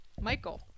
Michael